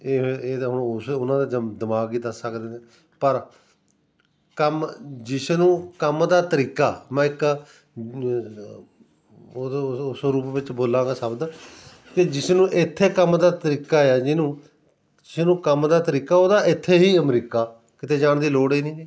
ਇਹ ਫੇ ਇਹ ਤਾਂ ਹੁਣ ਉਸ ਉਹਨਾਂ ਦਾ ਜਮ ਦਿਮਾਗ ਹੀ ਦੱਸ ਸਕਦੇ ਨੇ ਪਰ ਕੰਮ ਜਿਸ ਨੂੰ ਕੰਮ ਦਾ ਤਰੀਕਾ ਮੈਂ ਇੱਕ ਉਸ ਰੂਪ ਵਿੱਚ ਬੋਲਾਂਗਾ ਸ਼ਬਦ ਕਿ ਜਿਸ ਨੂੰ ਇੱਥੇ ਕੰਮ ਦਾ ਤਰੀਕਾ ਆ ਜਿਹਨੂੰ ਜਿਸਨੂੰ ਕੰਮ ਦਾ ਤਰੀਕਾ ਉਹਦਾ ਇੱਥੇ ਹੀ ਅਮਰੀਕਾ ਕਿਤੇ ਜਾਣ ਦੀ ਲੋੜ ਹੀ ਨੀਗੀ